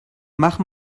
mach